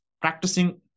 practicing